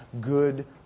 good